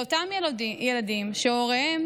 לאותם ילדים שהוריהם